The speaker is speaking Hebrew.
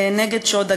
נגד שוד הגז.